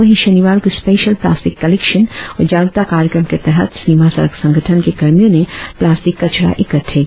वहीं शनिवार को स्पेशल प्लास्टिक कलेक्शन और जागरुकता कार्यक्रम के तहत सीमा सड़क संगठन के कर्मियों ने प्लास्टिक कचरा इकट्टे किए